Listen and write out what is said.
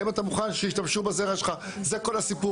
האם אתה מוכן שישתמשו בזרע שלך?' זה כל הסיפור.